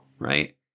right